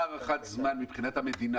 מה הערכת משך הזמן מבחינת המדינה,